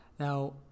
Now